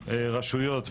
רשויות,